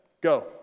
Go